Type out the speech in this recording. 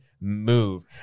move